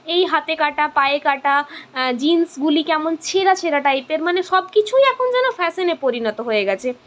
এই হাতে কাটা পায়ে কাটা জিন্সগুলি কেমন ছেঁড়া ছেঁড়া টাইপের মানে সবকিছুই এখন যেন ফ্যাশনে পরিণত হয়ে গেছে